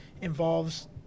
involves